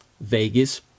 vegas